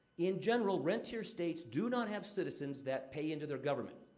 in general, rentier states do not have citizens that pay into their government.